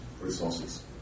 resources